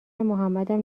محمدم